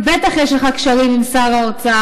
/ (בטח יש לך קשרים עם שר האוצר)